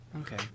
Okay